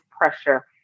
pressure